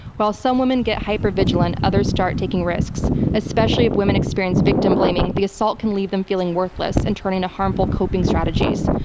while some women get hyper-vigilant, others start taking risks. especially if women experience victim-blaming, the assault can leave them feeling worthless and turning to harmful coping strategies.